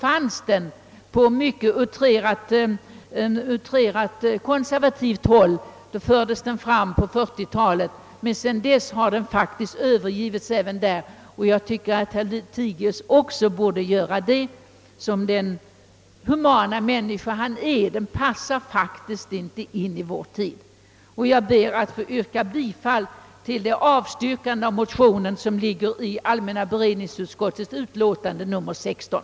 På den tiden fördes idén fram på mycket utrerat konservativt håll, men sedan dess har den faktiskt övergivits även där. Jag tycker att herr Lothigius också borde göra det som den humana människa han är. En sådan tanke passar inte in i vår tid. Herr talman! Jag ber att få yrka bifall till det avstyrkande av motionen som ligger i allmänna beredningsutskottets utlåtande nr 16.